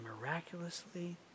miraculously